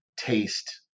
taste